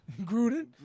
Gruden